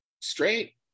Straight